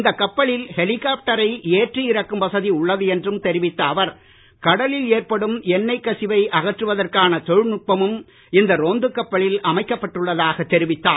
இந்த கப்பலில் ஹெலிகாப்டரை ஏற்றி இறக்கும் வசதி உள்ளது என்றும் தெரிவித்த அவர் கடலில் ஏற்படும் எண்ணெய் கசிவை அகற்றுவதற்கான தொழில்நுட்பமும் இந்த ரோந்துக் கப்பலில் அமைக்கப்பட்டுள்ளதாக தெரிவித்தார்